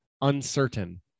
uncertain